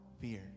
fear